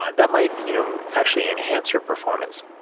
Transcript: ah that might you know um actually enhance your performance.